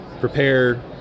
prepare